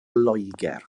loegr